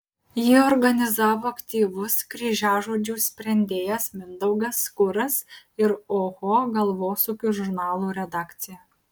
jį organizavo aktyvus kryžiažodžių sprendėjas mindaugas kuras ir oho galvosūkių žurnalų redakcija